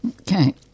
Okay